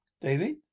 David